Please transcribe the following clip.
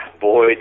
Boy